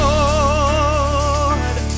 Lord